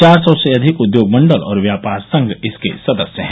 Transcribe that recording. चार सौ से अधिक उद्योग मंडल और व्यापार संघ इसके सदस्य हैं